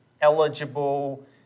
eligible